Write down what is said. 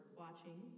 watching